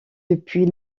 depuis